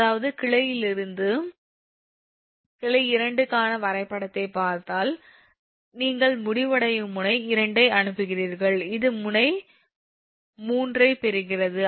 அதாவது கிளையில் இருந்து கிளை 2 க்கான வரைபடத்தைப் பார்த்தால் நீங்கள் முடிவடையும் முனை 2 ஐ அனுப்புகிறீர்கள் இது முனை முனை 3 ஐப் பெறுகிறது